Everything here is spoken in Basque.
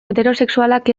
heterosexualak